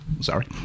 sorry